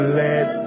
let